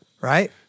Right